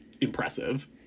impressive